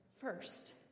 first